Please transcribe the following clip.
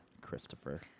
Christopher